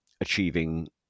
achieving